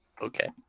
okay